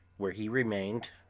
where he remained,